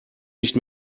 nicht